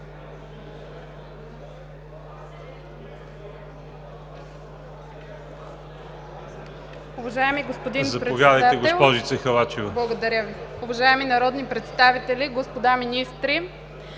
Уважаеми господин Председател, уважаеми народни представители, господа министри!